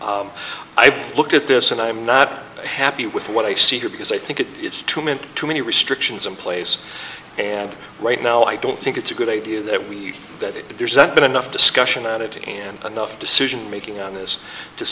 i look at this and i'm not happy with what i see here because i think it gets to mint too many restrictions in place and right now i don't think it's a good idea that we that there's not been enough discussion about it and enough decisionmaking on this to